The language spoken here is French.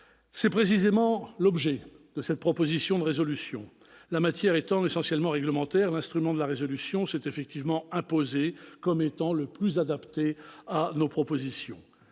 C'est précisément l'objet de cette proposition de résolution. La matière étant essentiellement réglementaire, l'instrument de la résolution s'est effectivement imposé comme étant le plus adapté à nos propositions.